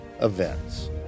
events